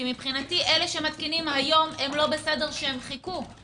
כי מבחינתי אלה שמתקינים היום הם לא בסדר שהם חיכו,